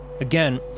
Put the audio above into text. Again